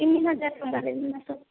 ତିନି ହଜାର ଟଙ୍କା ଦେବି ମାସକୁ